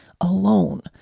alone